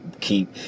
Keep